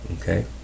okay